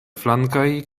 flankaj